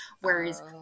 whereas